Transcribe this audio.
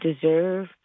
deserve